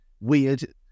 weird